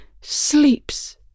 sleeps